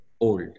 old